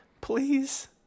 Please